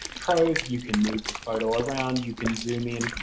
trove, you can move the photo around, you can zoom in,